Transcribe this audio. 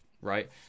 right